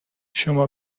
شما